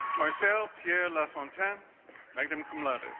myself here laughs on ten magnum cum laude